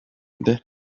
their